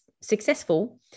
successful